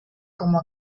como